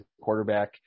quarterback